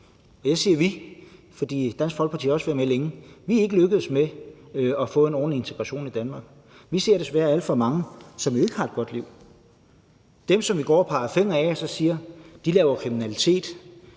Jeg siger »vi«, for Dansk Folkeparti har også været med længe. Vi er ikke lykkedes med at få en ordentlig integration i Danmark. Vi ser desværre alt for mange, som ikke har et godt liv – dem, som vi går og peger fingre af og siger: De laver kriminalitet,